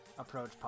approach